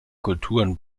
kulturen